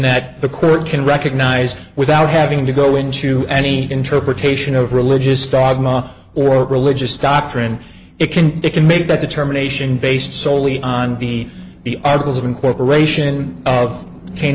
that the court can recognize without having to go into any interpretation of religious dogma or religious doctrine it can they can make that determination based soley on the the articles of incorporation of c